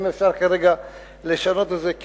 אם אפשר כרגע לשנות את זה,